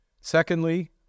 Secondly